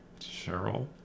Cheryl